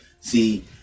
See